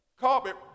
Carpet